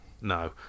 No